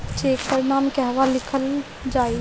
Check पर नाम कहवा लिखल जाइ?